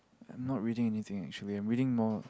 not reading anything actually we are reading more